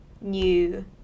new